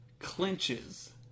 Clinches